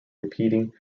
repeating